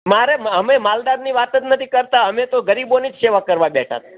મારે અમે માલદારની વાત જ નથી કરતા અમે તો ગરીબોની જ સેવા કરવા બેઠા છીએ